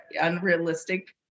unrealistic